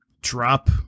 drop